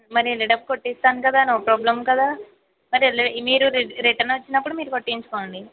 మరి నేను కొట్టిస్తా కదా నో ప్రాబ్లం కదా మరి మీరు రిటర్న్ వచ్చినపుడు మీరు కొట్టించుకోండి